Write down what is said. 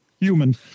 human